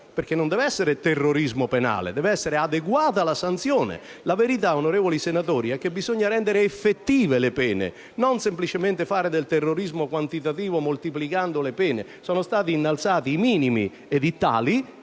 perché non deve essere terrorismo penale ma deve essere adeguata la sanzione. La verità, onorevoli senatori, è che bisogna rendere effettive le pene, non semplicemente fare del terrorismo quantitativo, moltiplicando le pene stesse. Sono stati innalzati i minimi edittali.